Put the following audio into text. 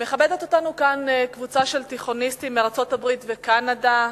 מכבדת אותנו כאן קבוצה של תיכוניסטים מארצות-הברית ומקנדה.